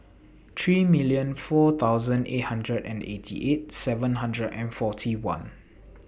three million four thousand eighty hundred and eighty eight seven hundred and forty one